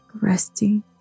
resting